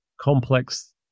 complex